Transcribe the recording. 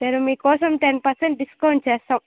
నేను మీకోసం ten percent discount చేస్తాం